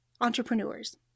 entrepreneurs